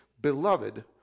beloved